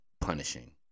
punishing